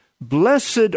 Blessed